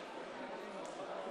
חשוב שנעשה כל מה שאנחנו יכולים,